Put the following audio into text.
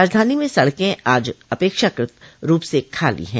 राजधानी में सड़कें आज अपेक्षाकृत रूप से खाली हैं